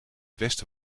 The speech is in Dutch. westen